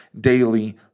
daily